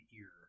ear